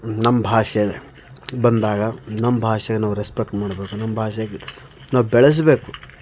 ನಮ್ಮ ಭಾಷೆ ಬಂದಾಗ ನಮ್ಮ ಭಾಷೆನು ರೆಸ್ಪೆಕ್ಟ್ ಮಾಡಬೇಕು ನಮ್ಮ ಭಾಷೆ ನಾವು ಬೆಳೆಸಬೇಕು